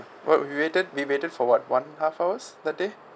what we waited we waited for what one half hours that day